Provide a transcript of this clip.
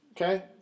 okay